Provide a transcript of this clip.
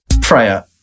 Prayer